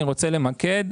אני רוצה למקד.